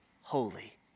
holy